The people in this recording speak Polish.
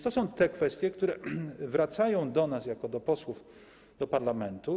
To są więc te kwestie, które wracają do nas jako do posłów do parlamentu.